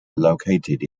located